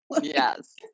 Yes